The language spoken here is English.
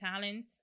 talent